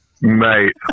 mate